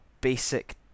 basic